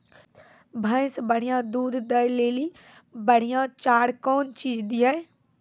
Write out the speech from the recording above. भैंस बढ़िया दूध दऽ ले ली बढ़िया चार कौन चीज दिए?